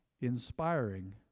inspiring